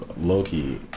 low-key